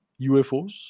UFOs